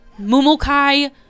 Mumokai